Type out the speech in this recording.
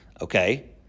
okay